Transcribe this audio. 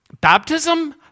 Baptism